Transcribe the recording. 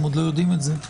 הם עוד לא יודעים את זה,